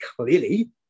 clearly